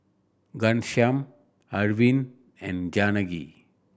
Ghanshyam Arvind and Janaki